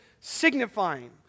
signifying